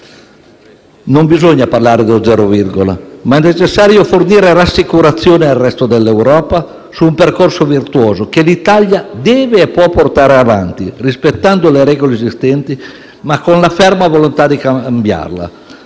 non si debba parlare dello zero virgola, ma che sia necessario fornire rassicurazioni al resto d'Europa su un percorso virtuoso che l'Italia deve e può portare avanti, rispettando le regole esistenti, ma con la ferma volontà di cambiarle.